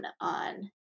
on